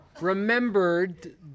Remembered